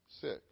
six